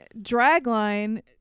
Dragline